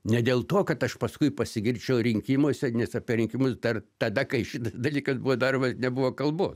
ne dėl to kad aš paskui pasigirčiau rinkimuose nes apie rinkimus dar tada kai šitas dalykas buvo dar nebuvo kalbo